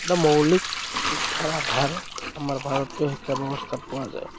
এটা মৌলিক শিক্ষাৰ আধাৰ আমাৰ ভাৰতীয় শিক্ষা ব্যৱস্থাত পোৱা যায়